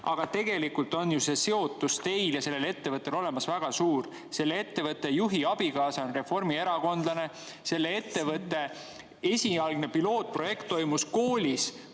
Aga tegelikult on ju teie ja selle ettevõtte seotus väga suur. Selle ettevõtte juhi abikaasa on reformierakondlane, selle ettevõtte esialgne pilootprojekt toimus koolis,